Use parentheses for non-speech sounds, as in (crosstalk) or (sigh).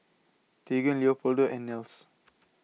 Teagan Leopoldo and Nels (noise)